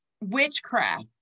witchcraft